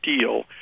deal